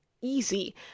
easy